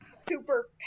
super